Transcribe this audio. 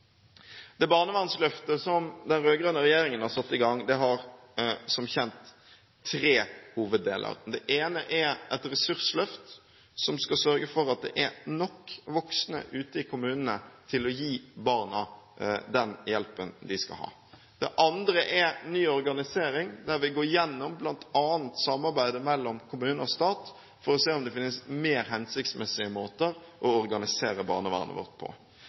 Det barnevernsløftet som den rød-grønne regjeringen har satt i gang, har, som kjent, tre hoveddeler: Det ene er et ressursløft som skal sørge for at det er nok voksne ute i kommunene til å gi barna den hjelpen de skal ha. Det andre er ny organisering, der vi går gjennom bl.a. samarbeidet mellom kommune og stat for å se om det finnes mer hensiktsmessige måter å organisere barnevernet vårt på.